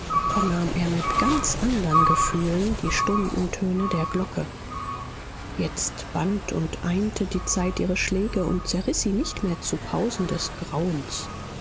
vernahm er mit ganz andern gefühlen die stundentöne der glocke jetzt band und einte die zeit ihre schläge und zerriß sie nicht mehr zu pausen des grauens